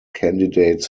candidates